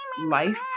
life